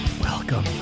Welcome